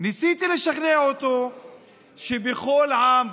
ניסיתי לשכנע אותו שבכל עם,